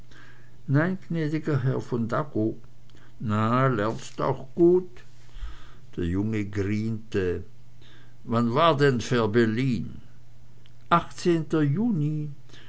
nein gnäd'ger herr von dagow na lernst auch gut der junge griente wann war denn fehrbellin achtzehnte juni